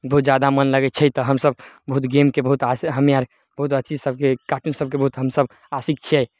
बहुत जादा मन लागै छै तऽ हमसब बहुत गेमके बहुत आस हम्मे आर बहुत बड़ा चीज सबके काटुन सबके बहुत हमसब आशिक छियै